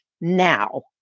now